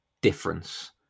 difference